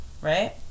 right